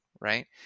right